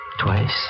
twice